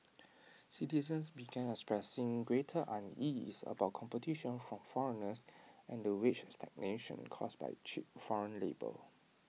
citizens began expressing greater unease about competition from foreigners and the wage stagnation caused by cheap foreign labour